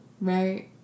right